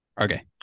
Okay